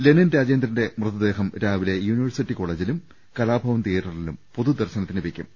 Lenin രാജേന്ദ്രന്റെ മൃതദേഹം രാവിലെ യൂണിവേഴ്സിറ്റി കോളേജിലും കലാഭവൻ തിയേറ്ററിലും പൊതുദർശനത്തിനുവെക്കും